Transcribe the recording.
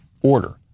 order